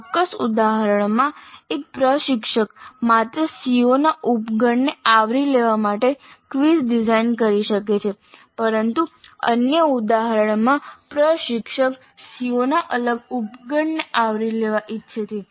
ચોક્કસ ઉદાહરણમાં એક પ્રશિક્ષક માત્ર CO ના ઉપગણને આવરી લેવા માટે ક્વિઝ ડિઝાઇન કરી શકે છે પરંતુ અન્ય ઉદાહરણમાં પ્રશિક્ષક CO ના અલગ ઉપગણને આવરી લેવા ઈચ્છે છે